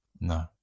No